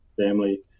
family